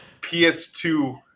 PS2